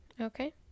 Okay